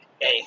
hey